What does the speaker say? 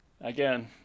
Again